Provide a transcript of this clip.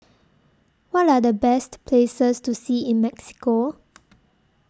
What Are The Best Places to See in Mexico